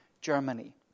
Germany